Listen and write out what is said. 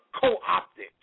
co-opted